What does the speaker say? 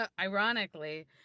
ironically